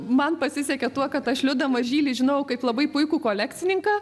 man pasisekė tuo kad aš liudą mažylį žinojau kaip labai puikų kolekcininką